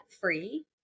free